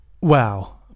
Wow